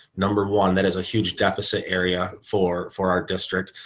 number one, that is a huge deficit area for for our district.